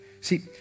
See